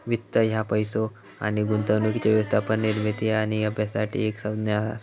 वित्त ह्या पैसो आणि गुंतवणुकीच्या व्यवस्थापन, निर्मिती आणि अभ्यासासाठी एक संज्ञा असा